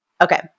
Okay